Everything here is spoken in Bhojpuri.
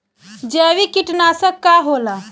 जैविक कीटनाशक का होला?